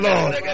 Lord